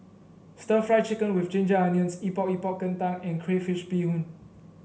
stir Fry Chicken with Ginger Onions Epok Epok Kentang and Crayfish Beehoon